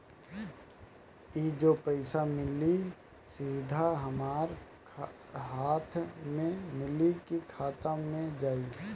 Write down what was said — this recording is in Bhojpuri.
ई जो पइसा मिली सीधा हमरा हाथ में मिली कि खाता में जाई?